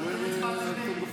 אתם הצבעתם נגד.